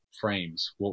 Frames